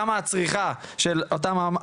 כמה הצריכה של אותם המטופלים.